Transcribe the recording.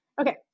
Okay